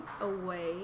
away